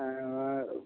வே